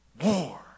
war